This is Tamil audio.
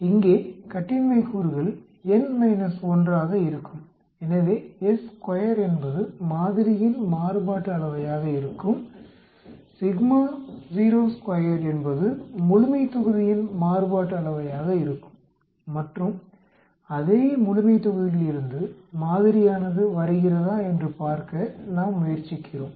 இங்கே கட்டின்மை கூறுகள் n 1 ஆக இருக்கும் எனவே s2 என்பது மாதிரியின் மாறுபாட்டு அளவையாக இருக்கும் என்பது முழுமைத்தொகுதியின் மாறுபாட்டு அளவையாக இருக்கும் மற்றும் அதே முழுமைத்தொகுதியிலிருந்து மாதிரியானது வருகிறதா என்று பார்க்க நாம் முயற்சிக்கிறோம்